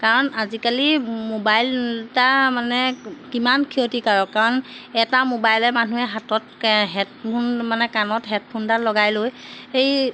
কাৰণ আজিকালি মোবাইলটো মানে কিমান ক্ষতিকাৰক কাৰণ এটা মোবাইলে মানুহে হাতত হেডফোন মানে কাণত হেডফোনডাল লগাই লৈ সেই